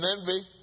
envy